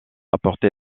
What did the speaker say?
apporté